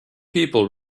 people